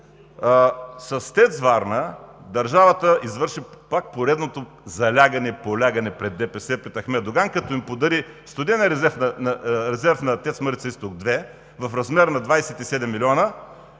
С ТЕЦ „Варна“ държавата извърши пак поредното залягане, полягане пред ДПС и пред Ахмед Доган, като им подари студения резерв на ТЕЦ „Марица изток 2“ в размер на 27 милиона